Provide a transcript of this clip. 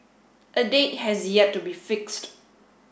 a date has yet to be fixed